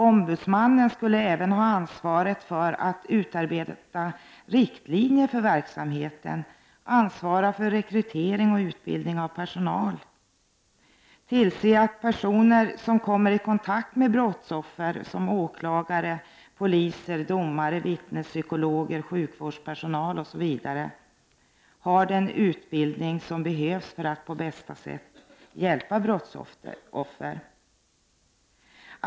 Ombudsmannen skulle även ha ansvaret för att utarbeta riktlinjer för verksamheten, ansvara för rekrytering och utbildning av personalen samt tillse att personer som kommer i kontakt med brottsoffer, såsom åklagare, poliser, domare, vittnespsykologer, sjukvårdspersonal osv., har den utbildning som behövs för att de på bästa sätt skall kunna hjälpa brottsoffer.